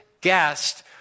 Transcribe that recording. guest